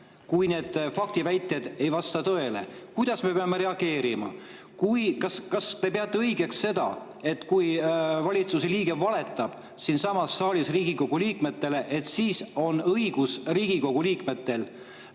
Kui need faktiväited ei vasta tõele, siis kuidas me peame reageerima? Kas te [olete nõus], et kui valitsuse liige valetab siinsamas saalis Riigikogu liikmetele, siis on Riigikogu liikmetel